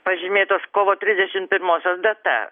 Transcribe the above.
pažymėtos kovo trisdešim pirmosios data